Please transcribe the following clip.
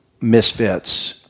misfits